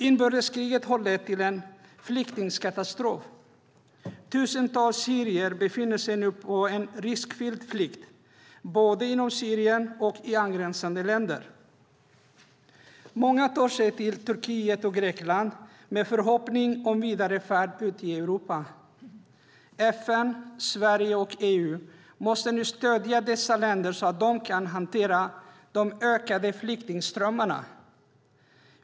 Inbördeskriget har lett till en flyktingkatastrof. Tusentals syrier befinner sig nu på en riskfylld flykt, både inom Syrien och i angränsande länder. Många tar sig till Turkiet och Grekland med förhoppning om vidare färd ut i Europa. FN, Sverige och EU måste nu stödja dessa länder så att de kan hantera de ökade flyktingströmmarna.